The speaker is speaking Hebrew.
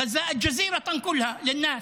ואל-ג'זירה משדרת אותם לאנשים.